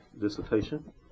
dissertation